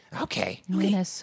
Okay